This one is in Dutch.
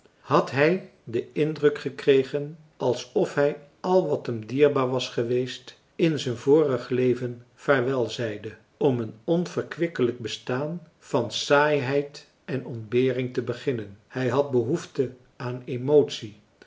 had hij den indruk gekregen alsof hij al wat hem dierbaar was geweest in zijn vorig leven vaarwel zeide om een onverkwikkelijk bestaan van saaiheid en ontbering te beginnen hij had marcellus emants een drietal novellen behoefte aan emotie